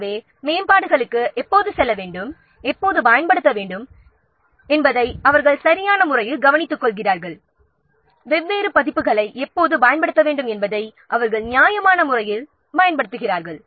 எனவே மேம்பாடுகளுக்கு எப்போது செல்ல வேண்டும் எப்போது பயன்படுத்த வேண்டும் என்பதை அவர்கள் சரியான முறையில் கவனித்துக்கொள்கிறார்கள் வெவ்வேறு பதிப்புகளை எப்போது பயன்படுத்த வேண்டும் என்பதை அவர்கள் நியாயமான முறையில் பயன்படுத்துகிறார்கள்